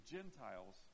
Gentiles